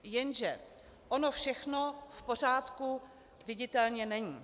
Jenže ono všechno v pořádku viditelně není.